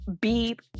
beep